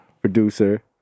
Producer